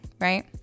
right